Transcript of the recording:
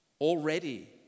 already